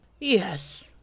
Yes